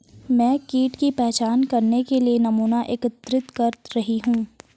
मैं कीट की पहचान करने के लिए नमूना एकत्रित कर रही हूँ